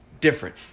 different